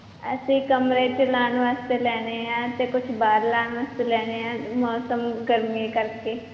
ਅਸੀਂ ਕਮਰੇ 'ਚ ਲਾਉਣ ਵਾਸਤੇ ਲੈਣੇ ਆ ਅਤੇ ਕੁਝ ਬਾਹਰ ਲਾਉਣ ਵਾਸਤੇ ਲੈਣੇ ਆ ਮੌਸਮ ਗਰਮੀ ਕਰਕੇ